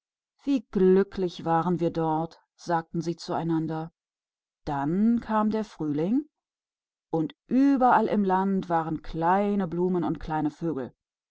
wie glücklich waren wir da sagten sie zueinander dann kam der frühling und über der ganzen gegend waren kleine blüten und kleine vögel